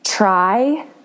Try